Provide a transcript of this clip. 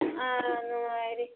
ꯑꯥ ꯅꯨꯡꯉꯥꯏꯔꯤ